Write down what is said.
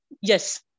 yes